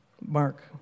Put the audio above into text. Mark